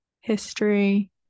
history